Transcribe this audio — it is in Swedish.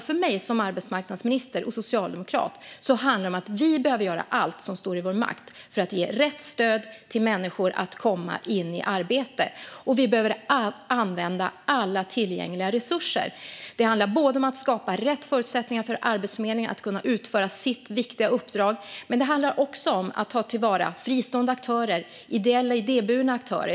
För mig som arbetsmarknadsminister och socialdemokrat handlar det om att vi behöver göra allt som står i vår makt för att ge rätt stöd till människor för att de ska komma in i arbete, och vi behöver använda alla tillgängliga resurser. Det handlar om att skapa rätt förutsättningar för Arbetsförmedlingen att kunna utföra sitt viktiga uppdrag. Men det handlar också om att ta till vara fristående aktörer och ideella och idéburna aktörer.